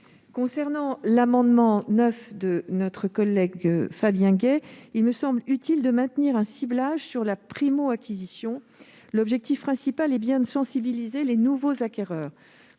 de l'amendement n° 9 de notre collègue Fabien Gay, il me semble utile de maintenir un ciblage sur la primo-acquisition. L'objectif principal est bien de sensibiliser les nouveaux acquéreurs.